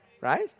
Right